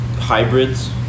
Hybrids